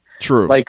True